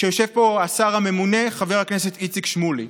ויושב פה השר הממונה חבר הכנסת איציק שמולי.